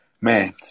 man